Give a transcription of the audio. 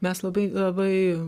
mes labai labai